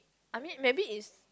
I mean maybe is